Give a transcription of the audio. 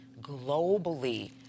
globally